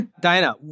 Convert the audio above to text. Diana